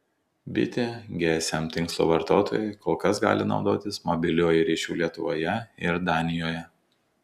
bitė gsm tinklo vartotojai kol kas gali naudotis mobiliuoju ryšiu lietuvoje ir danijoje